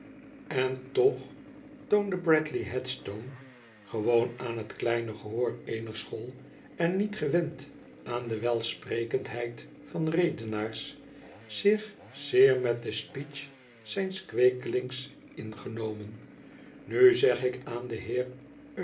en toch toonde bradley headstone gewoon aan het kleine gehoor eener school en niet gewend aan de welspekendheid van redenaars zich zeer met de speech zijns kweekelings ingenomen inu zeg ik aan den heer